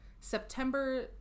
September